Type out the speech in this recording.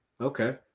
Okay